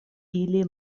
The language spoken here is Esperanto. ili